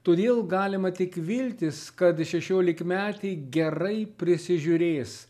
todėl galima tik viltis kad šešiolikmetė gerai prisižiūrės